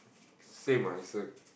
same ah it's a